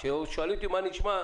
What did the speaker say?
כששואלים אותי מה נשמע,